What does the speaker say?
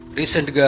recent